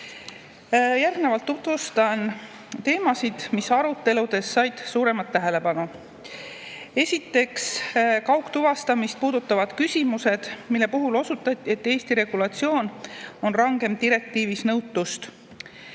Järgnevalt tutvustan teemasid, mis aruteludes said suuremat tähelepanu. Esiteks, kaugtuvastamist puudutavad küsimused, mille puhul osutati, et Eesti regulatsioon on rangem direktiivis nõutust.